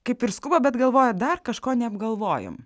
kaip ir skuba bet galvoja dar kažko neapgalvojom